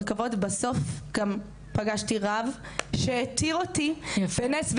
כבוד בסוף גם פגשתי רב שהתיר אותי בנס,